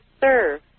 serve